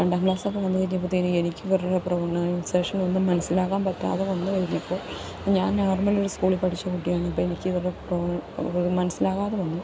രണ്ടാം ക്ലാസൊക്കെ വന്ന് കഴിയുമ്പത്തേന് എനിക്കിവരുടെ പ്രവണൈസേഷൻ ഒന്നും മനസ്സിലാക്കാൻ പറ്റാതെ വന്ന് കഴിഞ്ഞപ്പോൾ ഞാൻ നോർമലൊരു സ്കൂളിൽ പഠിച്ച കുട്ടിയാന്നിപ്പോൾ എനിക്കിവരുടെ അത് മനസ്സിലാകാതെ വന്നു